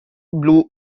blue